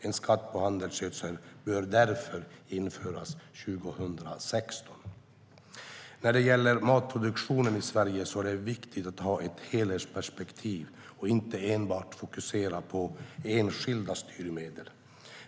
En skatt på handelsgödsel bör därför införas 2016.När det gäller matproduktionen i Sverige är det viktigt att ha ett helhetsperspektiv och inte enbart fokusera på enskilda styrmedel.